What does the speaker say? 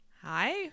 Hi